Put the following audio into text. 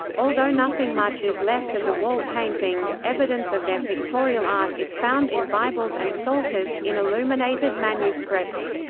although nothing much is left of the wall paintings, evidence of their pictorial art is found in bibles and psalters, in illuminated manuscripts.